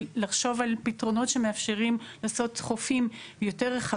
ולחשוב על פתרונות שמאפשרים לעשות חופים יותר רחבים.